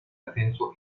ascenso